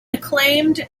acclaimed